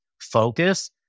focus